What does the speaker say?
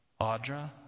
Audra